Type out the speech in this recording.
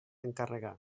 encarregar